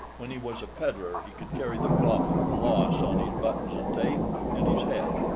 when he was a peddler he could carry the profit and loss on his buttons and tape in his head,